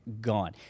gone